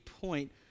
point